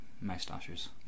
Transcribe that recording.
moustaches